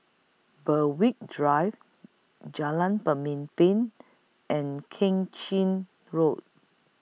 Berwick Drive Jalan Pemimpin and Keng Chin Road